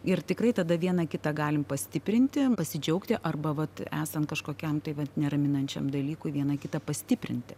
ir tikrai tada viena kitą galim pastiprinti pasidžiaugti arba vat esant kažkokiam tai va neraminančiam dalykui viena kitą pastiprinti